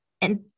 and-